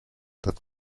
that